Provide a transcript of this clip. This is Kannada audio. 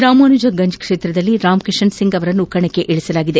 ರಾಮಾನುಜಗಂಜ್ ಕ್ಷೇತ್ರದಲ್ಲಿ ರಾಮಕಿಶನ್ ಸಿಂಗ್ ಅವರನ್ನು ಕಣಕ್ಕಿಳಸಲಾಗಿದೆ